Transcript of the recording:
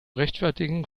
rechtfertigen